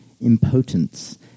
impotence